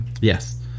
Yes